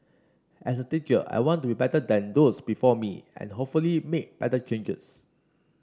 as a teacher I want to be better than those before me and hopefully make better changes